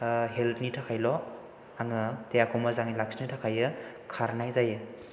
health नि थाखायल' आङो देहाखौ मोजाङै लाखिनो थाखाय खारनाय जायो